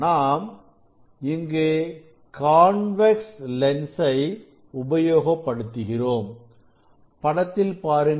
நாம் எங்கு கான்வெக்ஸ் லென்ஸை உபயோகப்படுத்துகிறோம் படத்தில் பாருங்கள்